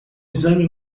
exame